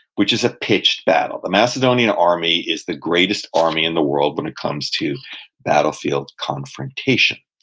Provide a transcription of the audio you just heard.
which is a pitched battle. the macedonian army is the greatest army in the world when it comes to battlefield confrontation.